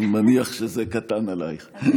אני מניח שזה קטן עלייך.